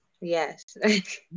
yes